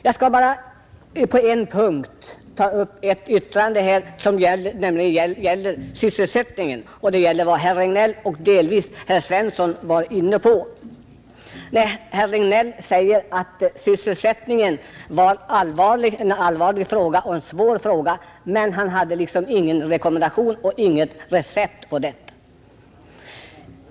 Jag skall bara beröra de yttranden om sysselsättningen som fälldes av herr Regnéll och i någon mån även av herr Svensson i Malmö. Herr Regnéll sade att sysselsättningen är en allvarlig fråga, men han hade ingen rekommendation att komma med.